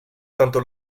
tanto